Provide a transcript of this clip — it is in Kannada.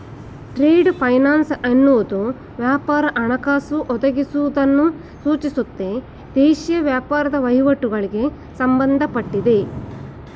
ಟ್ರೇಡ್ ಫೈನಾನ್ಸ್ ಎನ್ನುವುದು ವ್ಯಾಪಾರ ಹಣಕಾಸು ಒದಗಿಸುವುದನ್ನು ಸೂಚಿಸುತ್ತೆ ದೇಶೀಯ ವ್ಯಾಪಾರದ ವಹಿವಾಟುಗಳಿಗೆ ಸಂಬಂಧಪಟ್ಟಿದೆ